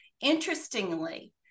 Interestingly